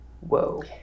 Whoa